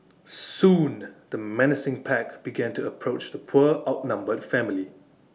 soon the menacing pack began to approach the poor outnumbered family